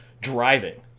driving